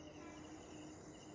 मेंहा अपन एफ.डी ला बंद करना चाहहु